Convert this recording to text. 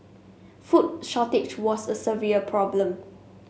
food shortage was a severe problem